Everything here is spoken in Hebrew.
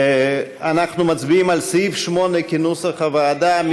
אנחנו מצביעים על סעיף 8 כנוסח הוועדה.